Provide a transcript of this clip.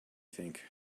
think